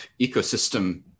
ecosystem